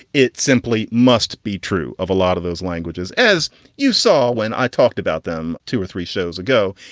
it simply must be true of a lot of those languages, as you saw when i talked about them two or three shows ago.